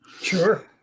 Sure